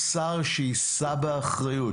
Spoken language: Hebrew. שר שיישא באחריות,